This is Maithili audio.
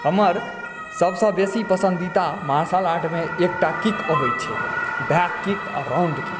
हमर सबसॅं बेसी पसंदीदा मार्शल आर्ट मे एकटा किक अबै छै बैक किक आ राउंड किक